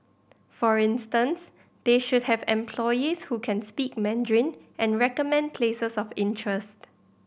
for instance they should have employees who can speak Mandarin and recommend places of interest